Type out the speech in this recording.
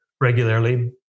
regularly